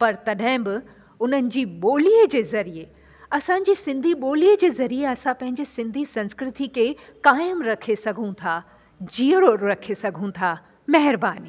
पर तॾहिं बि उन्हनि जी ॿोलीअ जे ज़रिए असांजी सिंधी ॿोलीअ जे ज़रिए असां पंहिंजी सिंधी संस्कृती खे काइमु रखे सघूं था जीअरो रखे सघूं था महिरबानी